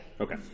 okay